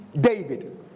David